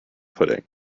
pudding